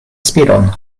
spiron